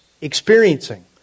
experiencing